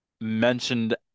mentioned